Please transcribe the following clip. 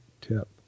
tip